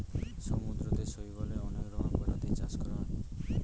সমুদ্রতে শৈবালের অনেক রকমের প্রজাতির চাষ করা হয়